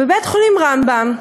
בבית-חולים רמב"ם,